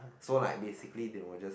so like basically they will just